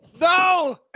No